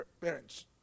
parents